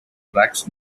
tracks